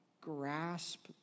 grasp